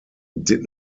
did